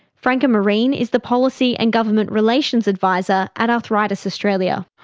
franca marine is the policy and government relations advisor at arthritis australia.